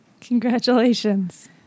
congratulations